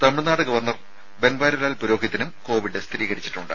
Tamil Nadu governor Banwarilal പുരോഹിതിനും Covid സ്ഥിരീകരിച്ചിട്ടുണ്ട്